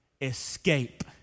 escape